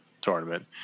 tournament